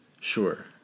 Sure